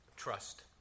Trust